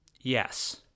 Yes